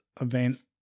event